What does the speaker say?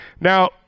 Now